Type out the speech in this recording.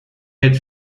had